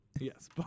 Yes